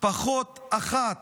"פחות אחת